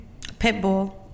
Pitbull